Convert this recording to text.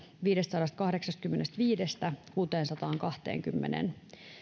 viidestäsadastakahdeksastakymmenestäviidestä kuuteensataankahteenkymmeneen